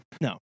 no